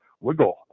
Wiggle